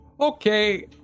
okay